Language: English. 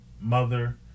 mother